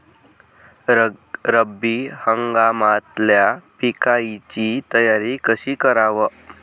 रब्बी हंगामातल्या पिकाइची तयारी कशी कराव?